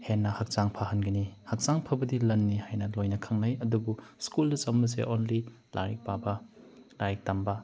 ꯍꯦꯟꯅ ꯍꯛꯆꯥꯡ ꯐꯍꯟꯒꯅꯤ ꯍꯛꯆꯥꯡ ꯐꯕꯗꯤ ꯂꯟꯅꯤ ꯍꯥꯏꯅ ꯂꯣꯏꯅ ꯈꯪꯅꯩ ꯑꯗꯨꯕꯨ ꯁ꯭ꯀꯨꯜꯗ ꯁꯨꯝꯕꯁꯦ ꯑꯣꯡꯂꯤ ꯂꯥꯏꯔꯤꯛ ꯄꯥꯕ ꯂꯥꯏꯔꯤꯛ ꯇꯝꯕ